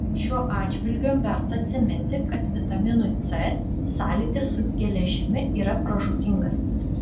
šiuo atžvilgiu verta atsiminti kad vitaminui c sąlytis su geležimi yra pražūtingas